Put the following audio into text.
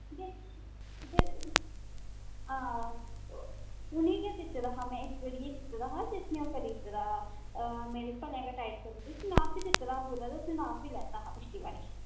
ते ते हां उनें ई गै दित्ते दा हा में इक केह्ड़िये ई दित्ते दा हा ते उसने करी दित्ते दा मेरी भलेआं गै टाइट करी ओड़ी उस्सी नाप बी दित्ते दा हा पूरा उस नाप बी लैता हा पिछले बारी